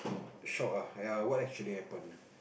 shock ah ya what actually happen ah